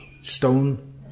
stone